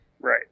Right